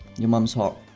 your mum's hot